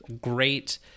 Great